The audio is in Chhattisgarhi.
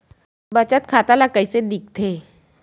बचत खाता ला कइसे दिखथे?